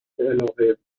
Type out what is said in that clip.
الهه